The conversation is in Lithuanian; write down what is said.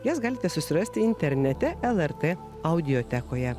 jas galite susirasti internete lrt audiotekoje